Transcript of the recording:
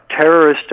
terrorist